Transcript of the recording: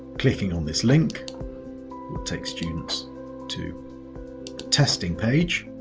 clicking on this link will take students to a testing page,